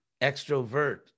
extrovert